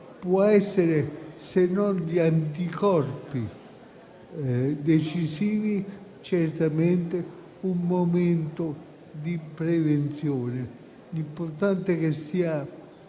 può essere, se non un anticorpo decisivo, certamente un momento di prevenzione. È importante che sia